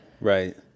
Right